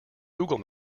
google